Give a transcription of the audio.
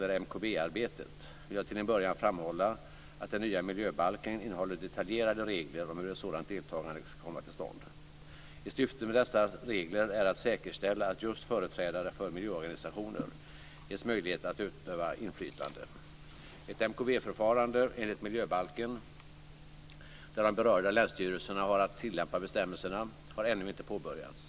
MKB-arbetet, vill jag till en början framhålla att den nya miljöbalken innehåller detaljerade regler om hur ett sådant deltagande ska komma till stånd. Ett syfte med dessa regler är att säkerställa att just företrädare för miljöorganisationer ges möjlighet att utöva inflytande. Ett MKB-förfarande enligt miljöbalken - där de berörda länsstyrelserna har att tillämpa bestämmelserna - har ännu inte påbörjats.